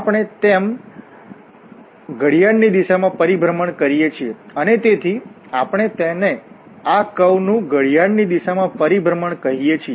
તેમ આપણે ઘડિયાળની દિશામાં પરિભ્રમણ કરીયે છીએ અને તેથી આપણે તેને આ કર્વ વળાંક નું ઘડિયાળની દિશામાં પરિભ્રમણ કહીએ છીએ